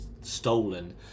stolen